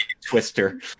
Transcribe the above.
Twister